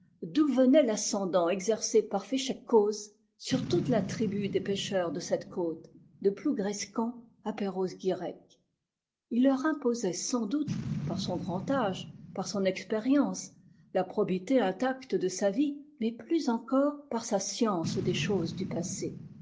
d'où venait l'ascendant exercé par féchec coz sur toute la tribu des pêcheurs de cette côte de plougrescant à perros guirec il leur imposait sans doute par son grand âge par son expérience la probité intacte de sa vie mais plus encore par sa science des choses du passé